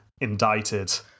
indicted